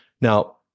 Now